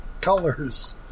colors